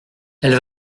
elle